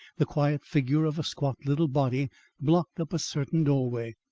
the quiet figure of a squat little body blocked up a certain doorway.